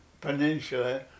peninsula